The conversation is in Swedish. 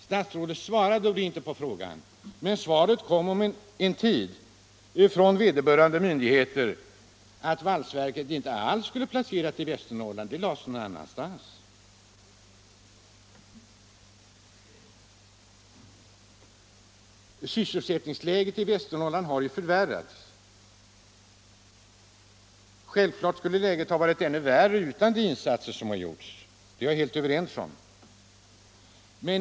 Statsrådet svarade inte på frågan, men svaret kom efter en tid från vederbörande myndigheter. Valsverket skulle inte alls placeras i Västernorrland, det skulle förläggas någon annanstans. Sysselsättningsläget i Västernorrland har förvärrats; självfallet skulle det ha varit ännu värre utan de insatser som har gjorts, det håller jag med om.